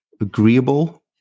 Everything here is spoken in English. agreeable